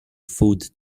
food